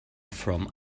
from